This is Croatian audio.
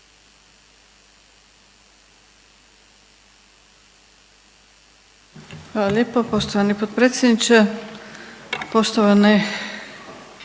Hvala lijepo poštovani potpredsjedniče. Poštovani